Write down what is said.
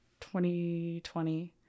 2020